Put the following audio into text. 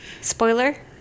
Spoiler